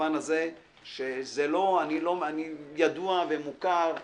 במובן הזה שאני ידוע ומוכר,